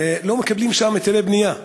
לא מקבלים היתרי בנייה.